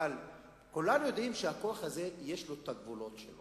כולם יודעים שלכוח הזה יש גבולות,